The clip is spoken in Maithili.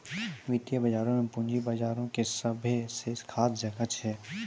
वित्तीय बजारो मे पूंजी बजारो के सभ्भे से खास जगह छै